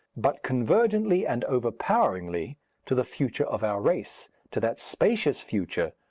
but convergently and overpoweringly to the future of our race, to that spacious future,